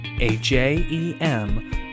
A-J-E-M